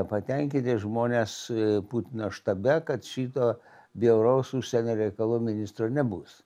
patenkinti žmonės putino štabe kad šito bjauraus užsienio reikalų ministro nebus